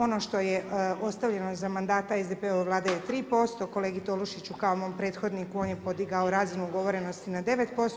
Ono što je ostavljeno za mandata SDP-ove Vlade je 3%, kolegi Tolušiću kao mom prethodniku, on je podigao razinu ugovorenosti na 9%